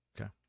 Okay